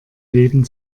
leben